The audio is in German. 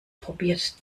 probiert